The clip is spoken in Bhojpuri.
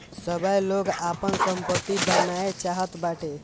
सबै लोग आपन सम्पत्ति बनाए चाहत बाटे